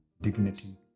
dignity